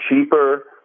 cheaper